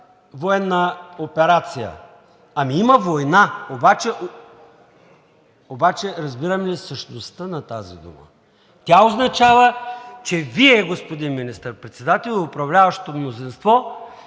военна операция. Ами има война, обаче разбираме ли същността на тази дума? Тя означава, че Вие, господин Министър-председател, и управляващото мнозинство